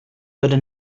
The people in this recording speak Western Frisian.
wurde